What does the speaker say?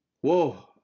whoa